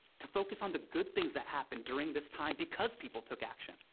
to focus on the good things that happened during this time because people took action.